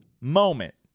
moment